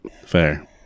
Fair